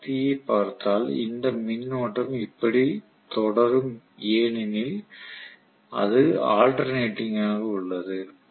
நான் சக்தியைப் பார்த்தால் இந்த மின்னோட்டம் இப்படி தொடரும் ஏனெனில் இது அல்டெர்நாட்டிங் ஆக உள்ளது